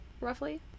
roughly